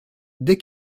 dès